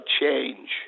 change